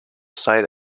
site